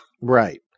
Right